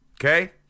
Okay